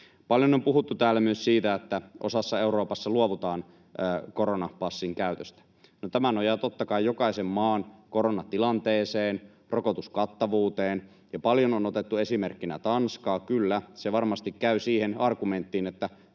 Paljon on täällä puhuttu myös siitä, että osassa Eurooppaa luovutaan koronapassin käytöstä. Tämä nojaa totta kai jokaisen maan koronatilanteeseen, rokotuskattavuuteen. Ja paljon on otettu esimerkkinä Tanskaa. Kyllä, se varmasti käy siihen argumenttiin,